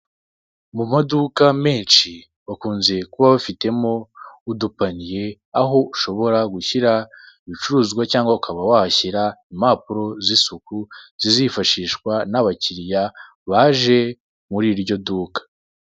Mu maduka menshi bakunze kuba bafitemo udupaniye aho ushobora gushyira ibicuruzwa cyangwa ukaba washyira impapuro z'isuku zizifashishwa n'abakiriya baje muri iryo duka.